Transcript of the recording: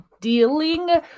dealing